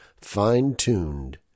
fine-tuned